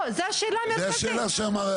מחזיק תיק רשות האוכלוסין בהסתדרות עובדי המדינה.